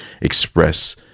express